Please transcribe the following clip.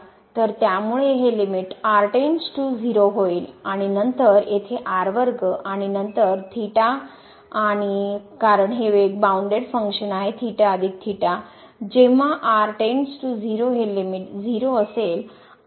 तर त्यामुळे हे लिमिट r → 0 होईल आणि नंतर येथे आणि नंतर आणि कारण हे एक बाउंडेड फंक्शन आहे जेव्हा r → 0 हे लिमिट 0 असेल